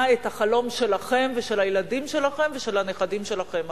את החלום שלכם ושל הילדים שלכם ושל הנכדים שלכם אחריכם.